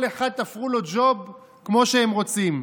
כל אחד, תפרו לו ג'וב, כמו שהם רוצים.